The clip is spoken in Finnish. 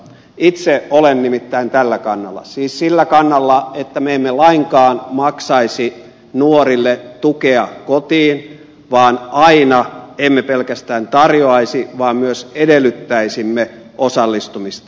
itse olen nimittäin tällä kannalla siis sillä kannalla että me emme lainkaan maksaisi nuorille tukea kotiin vaan aina emme pelkästään tarjoaisi vaan myös edellyttäisimme osallistumista